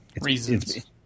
Reasons